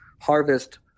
harvest